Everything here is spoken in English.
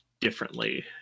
differently